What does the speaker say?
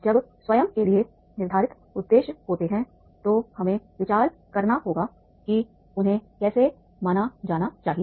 जब स्वयं के लिए निर्धारित उद्देश्य होते हैं तो हमें विचार करना होगा कि उन्हें कैसे माना जाना चाहिए